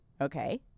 okay